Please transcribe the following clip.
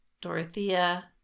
Dorothea